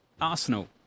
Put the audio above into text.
Arsenal